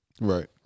Right